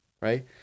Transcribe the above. right